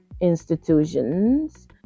institutions